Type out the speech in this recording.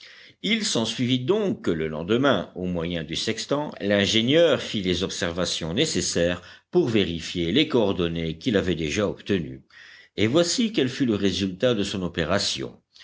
il s'ensuivit donc que le lendemain au moyen du sextant l'ingénieur fit les observations nécessaires pour vérifier les coordonnées qu'il avait déjà obtenues et voici quel fut le résultat de son opération